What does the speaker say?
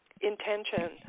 intention